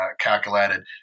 calculated